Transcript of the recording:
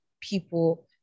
people